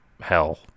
hell